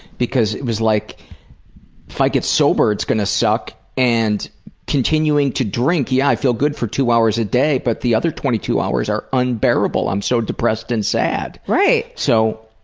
because it was like if i get sober it's gonna suck and continuing to drink, yeah, i feel good for two hours a day but the other twenty two hours are unbearable, i'm so depressed and sad. right. so.